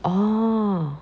oh